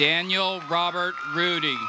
daniel robert rudy